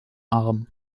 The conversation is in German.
arm